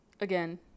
again